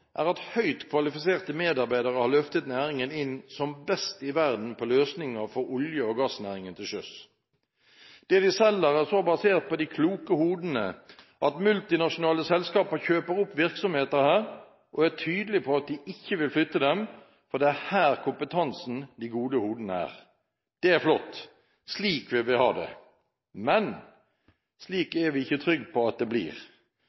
er at høyt kvalifiserte medarbeidere har løftet næringen inn som best i verden på løsninger for olje- og gassnæringen til sjøs. Det de selger, er så basert på de kloke hodene at multinasjonale selskaper kjøper opp virksomheter her og er tydelige på at de ikke vil flytte dem, for det er her kompetansen – de gode hodene – er. Det er flott. Slik vil vi ha det, men slik er vi ikke trygge på at det blir.